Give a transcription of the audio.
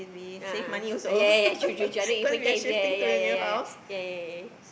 ah ah ah ya ya ya true true true I know infant care is there ya ya ya ya ya